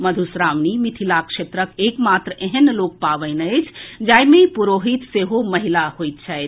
मधुश्रावणी मिथिला क्षेत्रक एकमात्र एहेन लोक पावनि अछि जाहि मे पुरोहित सेहो महिला होइत छथि